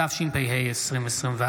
התשפ"ה 2025,